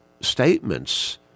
statements